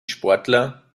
sportler